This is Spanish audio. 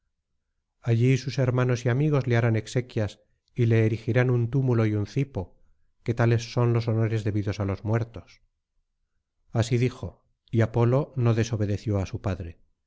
allí sus hermanos y amigos le harán exequias y le erigirán un túmulo y un cipo que tales son los honores debidos á los muertos así dijo y apolo no desobedeció á su padre